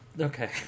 Okay